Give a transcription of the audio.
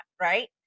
Right